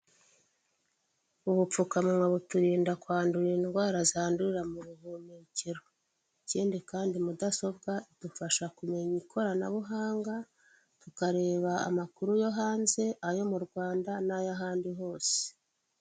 Ubupfukamunwa buturinda kwandura indwara zandurira mubuhumekero ikindi kandi mudasobwa idufasha kumenya ikoranabuhanga tukareba amakuru yo hanze ayo mu Rwanda n'ayahandi hose.